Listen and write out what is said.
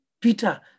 Peter